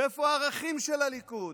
ואיפה הערכים של הליכוד?